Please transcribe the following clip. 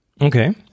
Okay